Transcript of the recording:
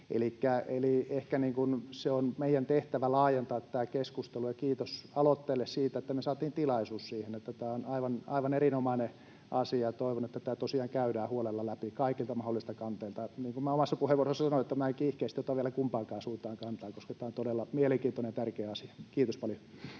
se on meidän tehtävämme laajentaa tämä keskustelu, ja kiitos aloitteelle siitä, että me saatiin tilaisuus siihen. Tämä on aivan erinomainen asia. Toivon, että tämä tosiaan käydään huolella läpi kaikilta mahdollista kanteilta. Niin kuin omassa puheenvuorossani sanoin, minä en kiihkeästi ota vielä kumpaankaan suuntaan kantaa, koska tämä on todella mielenkiintoinen ja tärkeä asia. — Kiitos paljon.